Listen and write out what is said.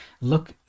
look